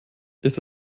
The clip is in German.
ist